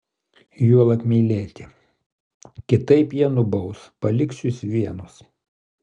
juolab mylėti kitaip jie nubaus paliks jus vienus